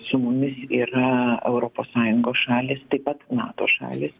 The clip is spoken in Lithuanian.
su mumis yra europos sąjungos šalys taip pat nato šalys